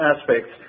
aspects